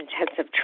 intensive